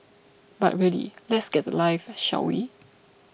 but really let's get a life shall we